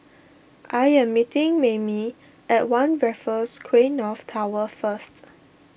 I am meeting Maymie at one Raffles Quay North Tower first